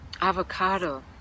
Avocado